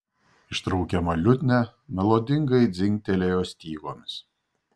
ištraukiama liutnia melodingai dzingtelėjo stygomis